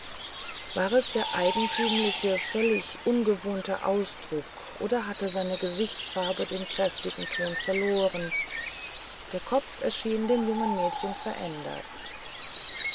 war es der eigentümliche völlig ungewohnte ausdruck oder hatte seine gesichtsfarbe den kräftigen ton verloren der kopf erschien dem jungen mädchen verändert